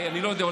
אני לא יודע,